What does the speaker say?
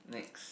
next